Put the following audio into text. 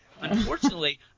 Unfortunately